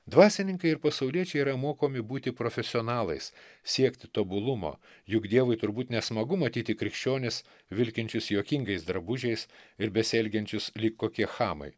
dvasininkai ir pasauliečiai yra mokomi būti profesionalais siekti tobulumo juk dievui turbūt nesmagu matyti krikščionis vilkinčius juokingais drabužiais ir besielgiančius lyg kokie chamai